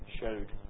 showed